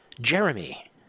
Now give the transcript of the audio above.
Jeremy